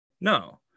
No